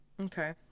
okay